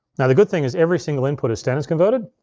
now the good thing is every single input is standards converted,